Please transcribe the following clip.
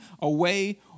away